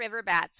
Riverbats